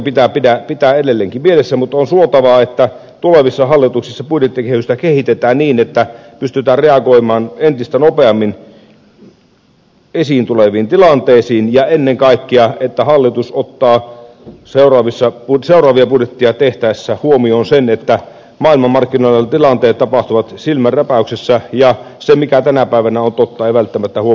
menokuri pitää pitää edelleenkin mielessä mutta on suotavaa että tulevissa hallituksissa budjettikehystä kehitetään niin että pystytään reagoimaan entistä nopeammin esiin tuleviin tilanteisiin ja ennen kaikkea että hallitus ottaa seuraavia budjetteja tehtäessä huomioon sen että maailmanmarkkinoilla tilanteet tapahtuvat silmänräpäyksessä ja se mikä tänä päivänä on totta ei välttämättä huomenna pidä enää paikkaansa